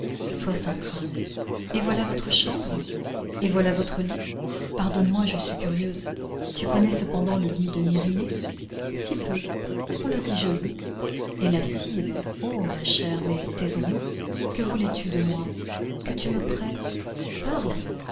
sois sans crainte et voilà votre chambre et voilà votre lit pardonne-moi je suis curieuse tu connais cependant le lit de myrrhinê si peu on la dit jolie et lascive ô ma chère mais taisons-nous que voulais-tu de moi que tu me prêtes parle